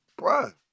Bruh